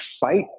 fight